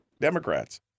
Democrats